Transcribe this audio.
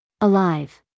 Alive